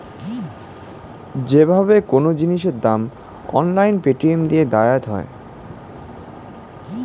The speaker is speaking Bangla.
যে ভাবে কোন জিনিসের দাম অনলাইন পেটিএম দিয়ে দায়াত হই